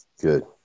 Good